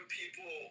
people